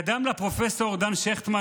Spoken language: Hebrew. קדם לה פרופ' דן שכטמן,